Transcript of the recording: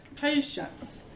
patience